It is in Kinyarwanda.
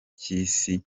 cy’isi